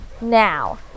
now